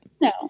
No